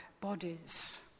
bodies